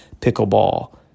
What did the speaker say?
pickleball